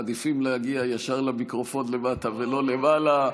מעדיפים להגיע ישר למיקרופון למטה ולא למעלה.